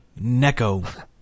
Neko